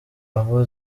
abo